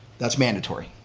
that's mandatory,